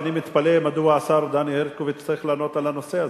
אני מתפלא מדוע השר דני הרשקוביץ צריך לענות על הנושא הזה.